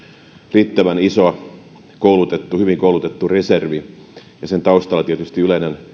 riittävän iso hyvin koulutettu reservi ja sen taustalla tietysti yleinen